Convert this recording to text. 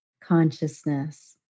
consciousness